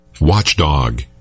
Watchdog